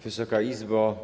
Wysoka Izbo!